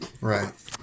Right